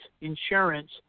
insurance